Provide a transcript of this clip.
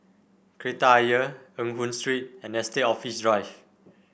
Kreta Ayer Eng Hoon Street and Estate Office Drive